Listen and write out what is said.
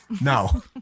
No